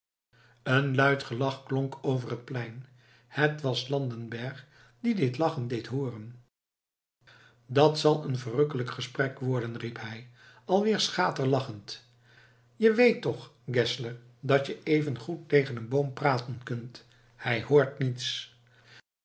een luid gelach klonk over het plein het was landenberg die dit lachen deed hooren dat zal een verrukkelijk gesprek worden riep hij alweer schaterlachend je weet toch geszler dat je even goed tegen een boom praten kunt hij hoort niets